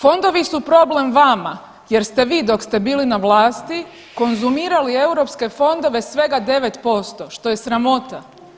Fondovi su problem vama jer ste vi dok ste bili na vlasti konzumirali europske fondove svega 9% što je sramota.